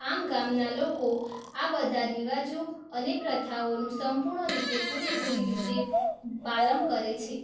આમ ગામના લોકો આ બધા રિવાજો અને પ્રથાઓનું સંપૂર્ણ રીતે પૂરેપૂરી રીતે પાલન કરે છે